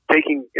taking